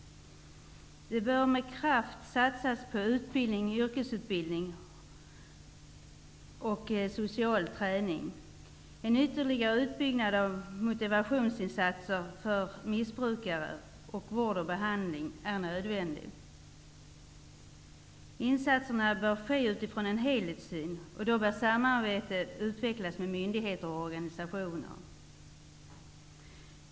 Det bör med kraft satsas på utbildning, yrkesutbildning och social träning. En ytterligare utbyggnad av motivationsinsatser för missbrukare samt av vård och behandling är nödvändig. Insatserna bör ske utifrån en helhetssyn, då samarbete bör utvecklas med myndigheter och organisationer.